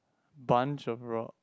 bunch of rocks